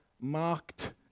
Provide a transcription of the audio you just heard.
marked